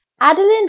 Adeline